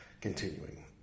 Continuing